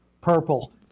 purple